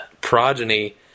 Progeny